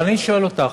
אבל אני שואל אותךְ: